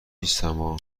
نیستما